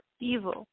evil